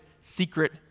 secret